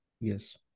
Yes